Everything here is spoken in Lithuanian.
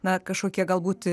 na kažkokie galbūt